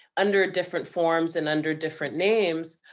under different forms and under different names.